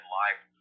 life